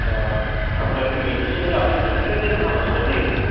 তা আপনাকে কি মেডিসিন কি আপনি কিনে খেতেন না হসপিটাল থেকে দিতো